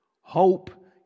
Hope